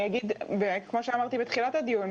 כפי שאמרתי בתחילת הדיון,